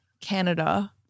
Canada